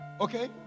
Okay